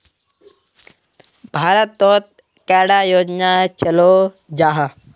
भारत तोत कैडा योजना चलो जाहा?